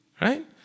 right